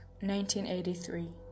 1983